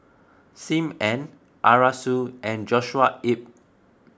Sim Ann Arasu and Joshua Ip